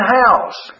house